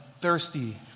thirsty